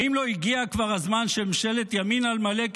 האם לא הגיע כבר הזמן שממשלת ימין על מלא,